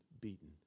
beaten